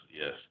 yes